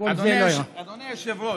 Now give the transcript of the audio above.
אדוני היושב-ראש,